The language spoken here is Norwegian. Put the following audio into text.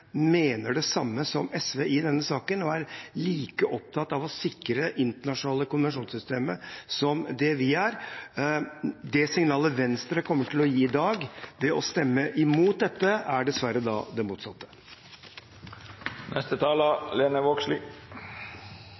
mener det samme som SV i denne saken og er like opptatt av å sikre det internasjonale konvensjonssystemet som det vi er. Det signalet Venstre kommer til å gi i dag, ved å stemme imot dette, er dessverre det